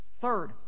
Third